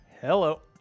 Hello